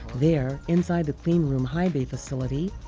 there, inside the clean room high bay facility,